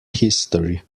history